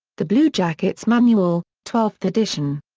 the bluejackets' manual, twelfth edition.